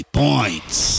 points